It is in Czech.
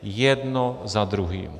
Jedno za druhým.